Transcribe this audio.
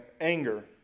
anger